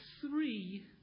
three